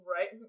Right